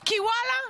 וואלה,